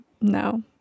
no